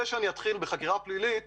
זה שאני אתחיל בחקירה פלילית